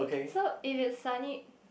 so if it's sunny